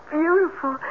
beautiful